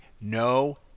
No